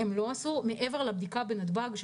מעבר לבדיקה בנתב"ג,